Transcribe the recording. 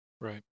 Right